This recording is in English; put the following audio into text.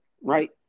right